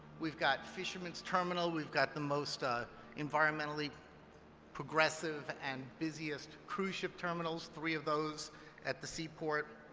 we've got fishermen's terminal, we've got the most ah environmentally progressive and busiest cruise ship terminals, three of those at the seaport,